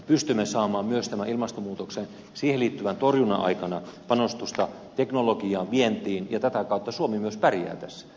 pystymme saamaan myös tämän ilmastonmuutoksen siihen liittyvän torjunnan aikana panostusta teknologiaan vientiin ja tätä kautta suomi myös pärjää tässä